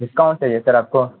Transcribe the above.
discount چاہیے sir آپ کو